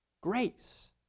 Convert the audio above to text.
Grace